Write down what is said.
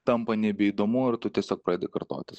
tampa nebeįdomu ir tu tiesiog pradedi kartotis